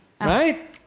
right